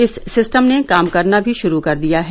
इस सिस्टम ने काम करना भी शुरू कर दिया है